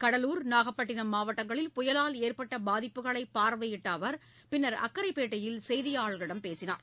கடலூர் நாகப்பட்டினம் மாவட்டங்களில் புயலால் ஏற்பட்ட பாதிப்புகளை பார்வையிட்ட அவர் பின்னர் அக்கரைப்பேட்டையில் செய்தியாளர்களிடம் பேசினார்